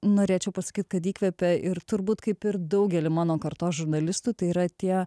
norėčiau pasakyt kad įkvepia ir turbūt kaip ir daugelį mano kartos žurnalistų tai yra tie